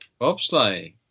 bobsleigh